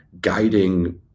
guiding